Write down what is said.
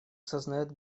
сознает